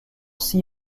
six